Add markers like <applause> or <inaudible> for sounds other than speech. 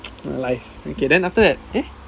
<noise> life okay then after that eh